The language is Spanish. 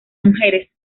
mujeres